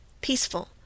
peaceful